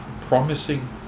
promising